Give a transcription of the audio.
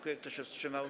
Kto się wstrzymał?